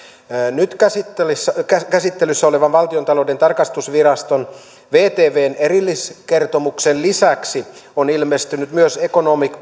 nyt käsittelyssä käsittelyssä olevan valtiontalouden tarkastusviraston vtvn erilliskertomuksen lisäksi on ilmestynyt myös economic